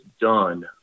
done